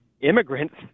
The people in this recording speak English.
Immigrants